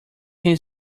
can